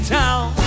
town